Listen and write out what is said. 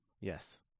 Yes